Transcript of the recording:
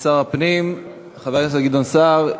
שר הפנים, חבר הכנסת גדעון סער.